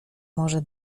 może